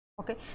okay